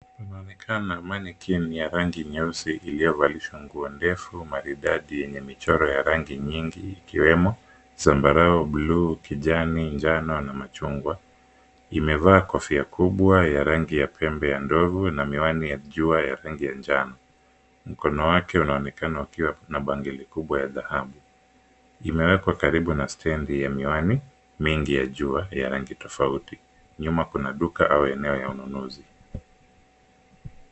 Panaonekana mannequin ya rangi nyeusi iliyovalishwa nguo ndefu maridadi yenye michoro ya rangi nyingi ikiwemo: zambarau, bluu, kijani. njano na machungwa. Imevaa kofia kubwa ya rangi ya pembe ya ndovu na miwani yakiwa ya rangi ya njano. Mkono wake unaonekana ukiwa na bangili kubwa ya dhahabu. Imewekwa karibu na stendi ya miwani mingi ya jua ya rangi tofauti. Nyuma kuna duka au eneo ya ununuzi.